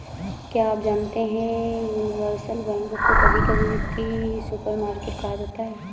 क्या आप जानते है यूनिवर्सल बैंक को कभी कभी वित्तीय सुपरमार्केट कहा जाता है?